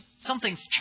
something's